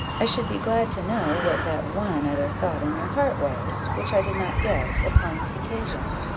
i should be glad to know what that one other thought in your heart was, which i did not guess, upon this occasion?